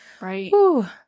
right